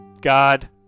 God